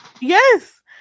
Yes